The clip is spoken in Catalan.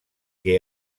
que